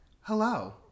hello